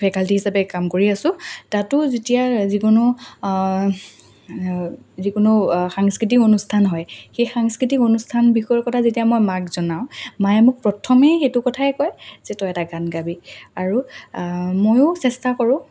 faculty হিচাপে কাম কৰি আছো তাতো যেতিয়া যিকোনো যিকোনো সাংস্কৃতিক অনুষ্ঠান হয় সেই সাংস্কৃতিক অনুষ্ঠান বিষয়ৰ কথা যেতিয়া মই মাক জনাওঁ মায়ে মোক প্ৰথমেই সেইটো কথাই কয় যে তই এটা গান গাবি আৰু ময়ো চেষ্টা কৰোঁ